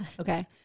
Okay